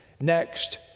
Next